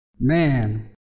man